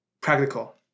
practical